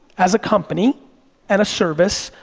as a company and a service,